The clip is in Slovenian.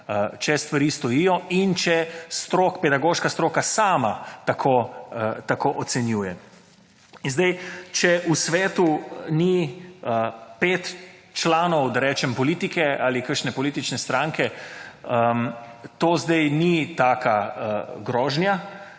če stvari stojijo in če strok…, pedagoška stroka sama tako ocenjuje. In zdaj, če v svetu ni 5 članov, da rečem, politike ali kakšne politične stranke, to zdaj ni taka grožnja.